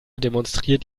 demonstriert